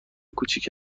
کوچک